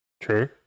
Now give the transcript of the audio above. True